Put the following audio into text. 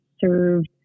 served